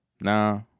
nah